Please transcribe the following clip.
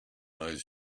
eyes